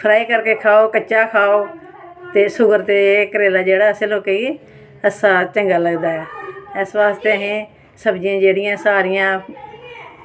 fry करके खाओ कच्चा खाओ ते शुगर ते कच्चा करेला असलें लोकें ई अच्छा चंगा लगदा ऐ इस बास्तै असें सब्जियां जेह्ड़ियां सारियां